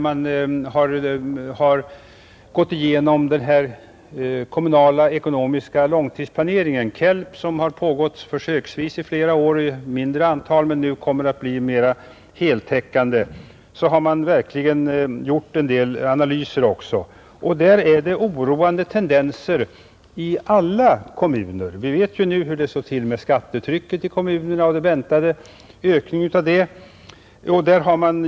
Man har gått igenom den kommunala ekonomiska långtidsplaneringen, KELP, som har pågått försöksvis i flera år i mindre skala men som nu kommer att bli mera heltäckande, och verkligen gjort en del analyser också. Enligt den utredningen är det oroande tendenser i alla slag av kommuner. Vi vet ju nu hur det står till med skattetrycket i kommunerna och den väntade ökningen av det.